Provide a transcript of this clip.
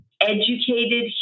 educated